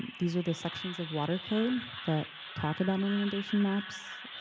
these are the sections of water code that talk about and inundation maps.